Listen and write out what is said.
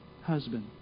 Husband